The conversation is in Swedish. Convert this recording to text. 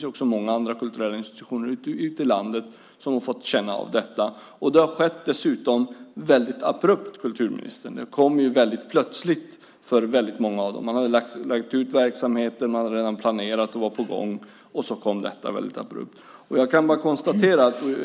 Det finns många andra kulturella institutioner ute i landet som har fått känna av detta. Det har dessutom skett väldigt abrupt, kulturministern. Det kom ju väldigt plötsligt för väldigt många av dem. Man hade lagt ut verksamheten. Man hade redan planerat och var på gång, och så kom detta väldigt abrupt.